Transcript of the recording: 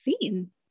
seen